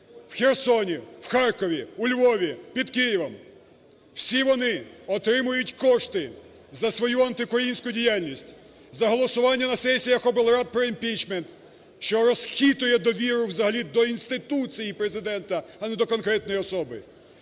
в Херсоні, в Харкові, у Львові, під Києвом, всі вони отримують кошти за свою антиукраїнську діяльність, за голосування на сесіях облрад про імпічмент, що розхитує довіру взагалі до інституції Президента, а не до конкретної особи,